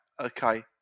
okay